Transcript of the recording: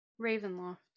Ravenloft